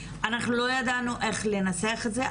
אנחנו לא ידענו איך לנסח את זה.